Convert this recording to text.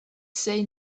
say